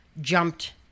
jumped